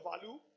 value